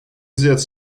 взять